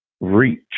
reach